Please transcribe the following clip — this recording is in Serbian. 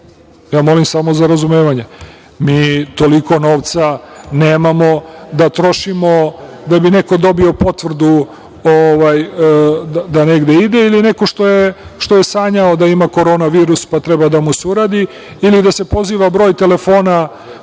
molim samo za razumevanje. Mi toliko novca nemamo da trošimo da bi neko dobio potvrdu da negde ide ili neko što je sanjao da ima korona virus pa treba da mu se uradi ili da se poziva broj telefona